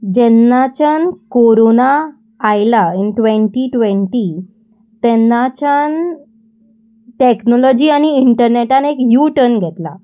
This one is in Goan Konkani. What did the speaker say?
जेन्नाच्यान कोरोना आयला इन ट्वेंटी ट्वेंटी तेन्नाच्यान टॅक्नोलॉजी आनी इंटरनेटान एक यू टन घेतला